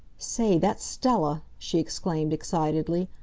say, that's stella! she exclaimed excitedly.